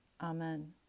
Amen